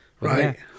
Right